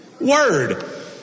Word